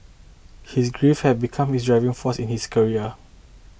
his grief had become his driving force in his career